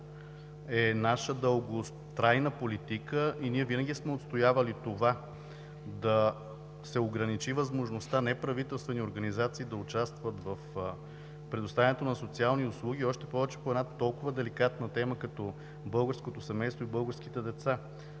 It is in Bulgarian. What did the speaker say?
е наша дълготрайна политика. Ние винаги сме отстоявали да се ограничи възможността неправителствени организации да участват в предоставянето на социални услуги, още повече по една толкова деликатна тема като българското семейство и българските деца